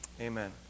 Amen